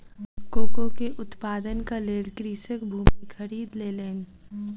cocoa के उत्पादनक लेल कृषक भूमि खरीद लेलैन